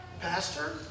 Pastor